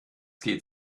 geht